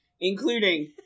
including